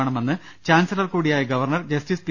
വേണമെന്ന് ചാൻസലർ കൂടിയായ governor justice P